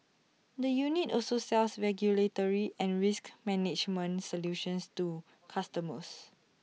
the unit also sells regulatory and risk management solutions to customers